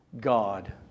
God